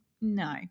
No